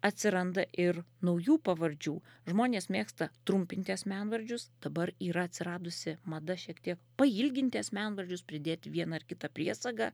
atsiranda ir naujų pavardžių žmonės mėgsta trumpinti asmenvardžius dabar yra atsiradusi mada šiek tiek pailginti asmenvardžius pridėti vieną ar kitą priesagą